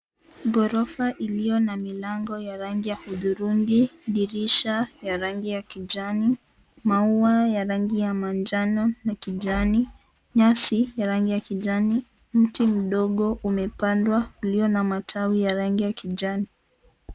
Ghorofa iliyo na milango ya rangi ya hudhurungi, dirisha ya rangi ya kijani, maua ya rangi ya majano na kijani, nyasi ya rangi ya kijani, mti mdogo umepandwa ulio na matawi ya rangi ya kijani.